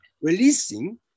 releasing